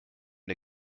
der